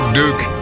duke